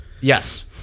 yes